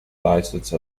license